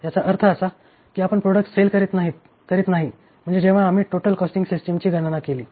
याचा अर्थ असा की आपण प्रॉडक्ट सेल करीत नाही म्हणजे जेव्हा आम्ही टोटल कॉस्टिंग सिस्टिम गणना केली